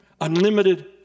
Unlimited